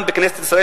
גם בכנסת ישראל,